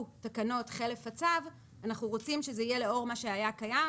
תקנות חלף הצו אנחנו רוצים שזה יהיה לאור מה שהיה קיים,